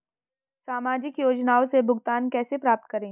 सामाजिक योजनाओं से भुगतान कैसे प्राप्त करें?